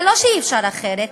זה לא שאי-אפשר אחרת.